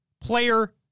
Player